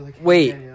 Wait